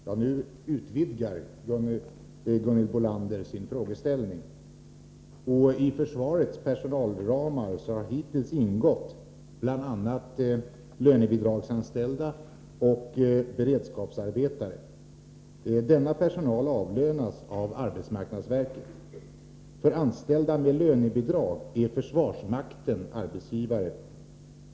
Herr talman! Nu utvidgar Gunhild Bolander sin frågeställning. I försvarets personalramar har hittills ingått bl.a. lönebidragsanställda och beredskapsarbetare. Denna personal avlönas av arbetsmarknadsverket. För anställda med lönebidrag är försvarsmakten arbetsgivare.